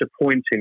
disappointing